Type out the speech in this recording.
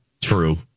True